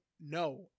No